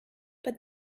but